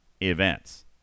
events